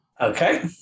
Okay